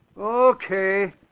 Okay